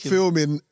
Filming